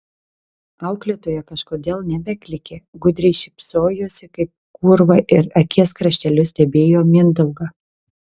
auklėtoja kažkodėl nebeklykė gudriai šypsojosi kaip kūrva ir akies krašteliu stebėjo mindaugą